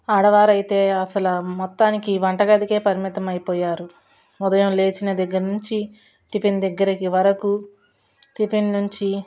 ఆడవారు అయితే అసలు మొత్తానికి వంటగదికి పరిమితం అయిపోయారు ఉదయం లేచిన దగ్గర నుంచి టిఫిన్ దగ్గర వరకు టిఫిన్ నుంచి